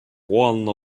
one